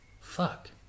fuck